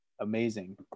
amazing